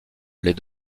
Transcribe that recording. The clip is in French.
les